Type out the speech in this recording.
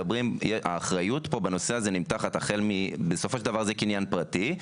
האחריות בנושא זה נמתחת מאוד: יש פה קניין פרטי,